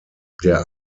der